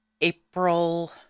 April